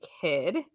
kid